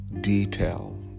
detail